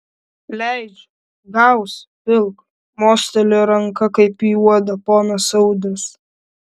leidžiu gausi pilk mostelėjo ranka kaip į uodą ponas audrius